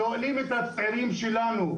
שואלים את הצעירים שלנו,